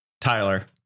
Tyler